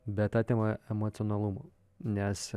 bet atima emocionalumo nes